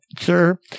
Sir